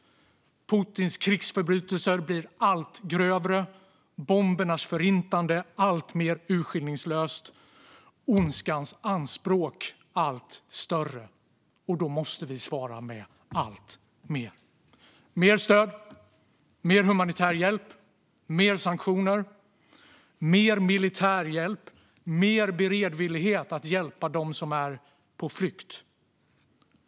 Putins krigsförbrytelser blir allt grövre, bombernas förintande alltmer urskillningslöst och ondskans anspråk allt större. Då måste vi svara med alltmer stöd, mer humanitär hjälp, mer sanktioner, mer militär hjälp och mer beredvillighet att hjälpa dem som är på flykt.